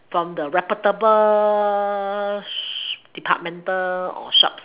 from the reputable sh~ departmental or shops